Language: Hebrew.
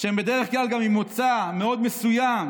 שהם בדרך כלל גם ממוצא מאוד מסוים,